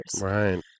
Right